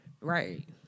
Right